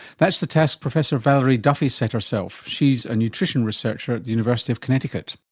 that's the task professor valerie duffy set herself. she is a nutrition researcher at the university of connecticut.